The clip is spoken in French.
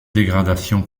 dégradations